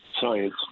science